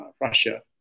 Russia